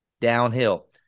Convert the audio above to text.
downhill